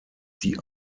die